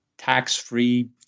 tax-free